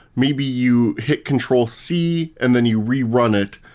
maybe you hit control c and then you rerun it.